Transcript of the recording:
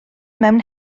mewn